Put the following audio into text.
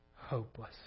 hopeless